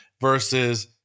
versus